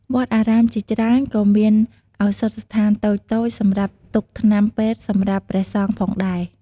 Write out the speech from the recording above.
វត្តអារាមជាច្រើន ក៏មានឱសថស្ថានតូចៗសម្រាប់ទុកថ្នាំពេទ្យសម្រាប់ព្រះសង្ឃផងដែរ។